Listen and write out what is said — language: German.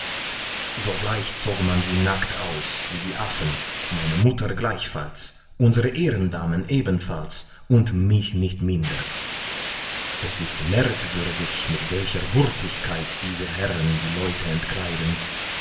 sogleich zog man sie nackt aus wie die affen meine mutter gleichfalls unsere ehrendamen ebenfalls und mich nicht minder es ist merkwürdig mit welcher hurtigkeit diese herren die leute entkleiden